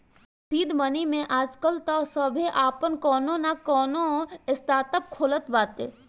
seed money में आजकाल तअ सभे आपन कवनो नअ कवनो स्टार्टअप खोलत बाटे